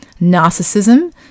narcissism